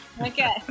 Okay